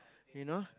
you know